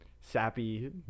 sappy